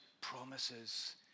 promises